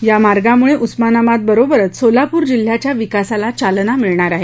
या मार्गामुळे उस्मानाबादबरोबरच सोलापूर जिल्ह्याच्या विकासाला चालना मिळणार आहे